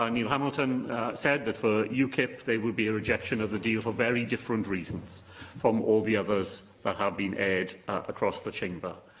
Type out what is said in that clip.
ah neil hamilton said that, for ukip, there would be a rejection of the deal for very different reasons from all the others that have been aired across the chamber.